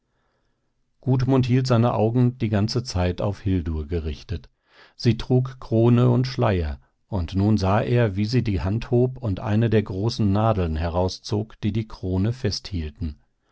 bitter gudmund hielt seine augen die ganze zeit auf hildur gerichtet sie trug krone und schleier und nun sah er wie sie die hand hob und eine der großen nadeln herauszog die die krone festhielten